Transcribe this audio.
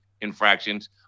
infractions